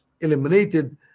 eliminated